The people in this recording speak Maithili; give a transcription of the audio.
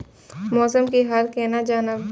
मौसम के हाल केना जानब?